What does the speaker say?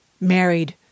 married